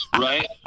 Right